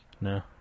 No